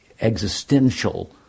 existential